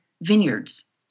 vineyards